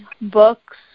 books